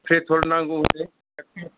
petrol नांगौ जे एसे